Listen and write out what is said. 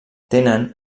tenen